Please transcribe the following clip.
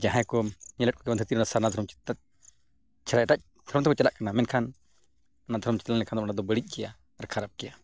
ᱡᱟᱦᱟᱸᱭ ᱠᱚᱢ ᱧᱮᱞᱮᱫ ᱠᱚᱣᱟ ᱱᱚᱣᱟ ᱫᱷᱟᱹᱨᱛᱤᱨᱮ ᱥᱟᱨᱱᱟ ᱫᱷᱚᱨᱚᱢ ᱪᱮᱛᱟᱱ ᱪᱷᱟᱲᱟ ᱮᱴᱟᱜ ᱫᱷᱚᱨᱚᱢ ᱛᱮᱵᱚᱱ ᱪᱟᱞᱟᱜ ᱠᱟᱱᱟ ᱢᱮᱱᱠᱷᱟᱱ ᱚᱱᱟ ᱫᱷᱚᱨᱚᱢ ᱛᱮ ᱪᱟᱞᱟᱣ ᱞᱮᱱᱠᱷᱟᱱ ᱚᱱᱟ ᱫᱚ ᱵᱟᱹᱲᱤᱡ ᱜᱮᱭᱟ ᱟᱨ ᱠᱷᱟᱨᱟᱯ ᱜᱮᱭᱟ